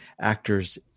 actors